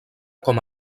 com